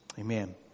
Amen